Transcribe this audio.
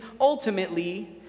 Ultimately